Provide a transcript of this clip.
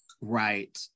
Right